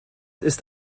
ist